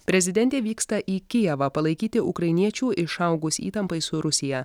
prezidentė vyksta į kijevą palaikyti ukrainiečių išaugus įtampai su rusija